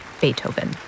Beethoven